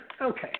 Okay